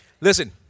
Listen